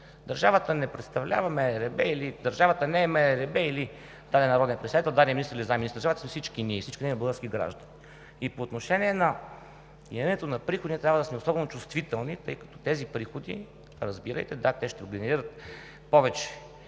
Държавата не представлява МРРБ или държавата не е МРРБ, или даден народен представител, даден министър или заместник-министър. Държавата сме всички ние – всички ние, българските граждани. И по отношение на генерирането на приходи ние трябва да сме особено чувствителни, тъй като тези приходи – разбирайте, да, те ще генерират повече